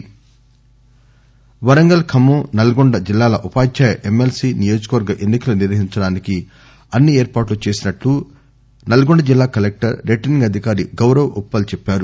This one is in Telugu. ఎంఎస్ఎల్ యాడ్ ఎమ్మె ల్సీ వరంగల్ ఖమ్మం నల్గొండ జిల్లాల ఉపాధ్యాయ ఎంఎల్సి నియోజకవర్గ ఎన్ని కలు నిర్వహించడానికి అన్ని ఏర్పాట్లు చేసినట్లు నల్గొండ జిల్లా కలెక్టర్ రిటర్నింగ్ అధికారి గౌరవ్ ఉప్పల్ చెప్పారు